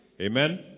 Amen